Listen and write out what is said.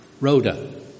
Rhoda